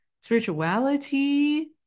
spirituality